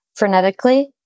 frenetically